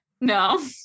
No